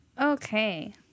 Okay